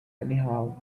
anyhow